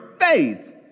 faith